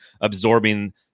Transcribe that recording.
absorbing